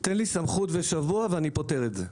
תן לי סמכות ושבוע ואני פותר את זה.